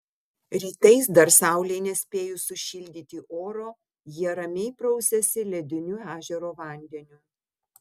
rytais dar saulei nespėjus sušildyti oro jie ramiai prausiasi lediniu ežero vandeniu